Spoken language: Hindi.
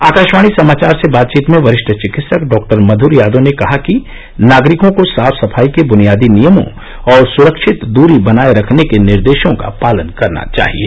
आकाशवाणी समाचार से बातचीत में वरिष्ठ चिकित्सक डॉ मंघर यादव ने कहा कि नागरिकों को साफ सफाई के बुनियादी नियमों और सुरक्षित दूरी बनाये रखने के निर्देशों का पालन करना चाहिये